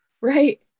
Right